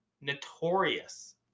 notorious